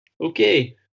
okay